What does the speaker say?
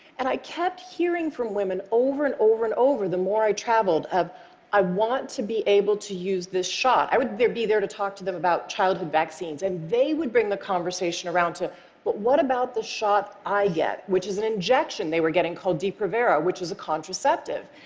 and i kept hearing from women, over and over and over, the more i traveled, i want to be able to use this shot. i would be there to talk to them about childhood vaccines, and they would bring the conversation around to but what about the shot i get? which is an injection they were getting called depo-provera, which is a contraceptive.